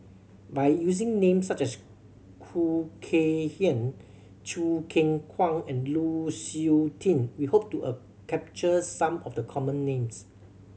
by using names such as Khoo Kay Hian Choo Keng Kwang and Lu Suitin we hope to capture some of the common names